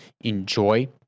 enjoy